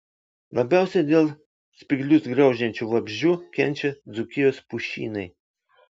labiausiai dėl spyglius graužiančių vabzdžių kenčia dzūkijos pušynai